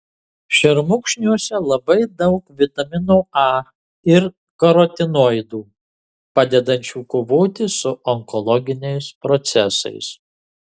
šermukšniuose labai daug vitamino a ir karotinoidų padedančių kovoti su onkologiniais procesais